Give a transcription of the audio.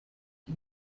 die